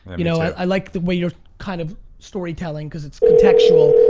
you know, i like the way you're kind of story telling because it's contextual.